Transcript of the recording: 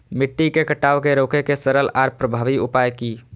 मिट्टी के कटाव के रोके के सरल आर प्रभावी उपाय की?